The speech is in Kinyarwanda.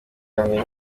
intumwa